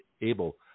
able